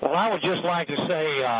i would just like to say,